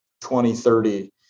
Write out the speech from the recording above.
2030